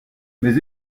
mais